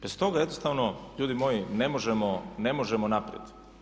Bez toga jednostavno ljudi moji ne možemo naprijed.